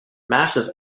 massive